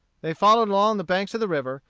they followed along the banks of the river,